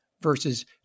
versus